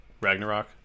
Ragnarok